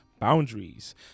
Boundaries